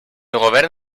govern